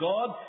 God